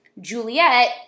Juliet